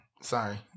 sorry